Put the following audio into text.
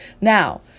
Now